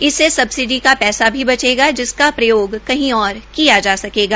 इससे पहले सबसिडी का पैसा भी बचेगा जिसका प्रयोग कही ओर किया जा सकेगा